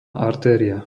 artéria